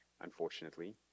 unfortunately